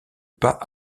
pas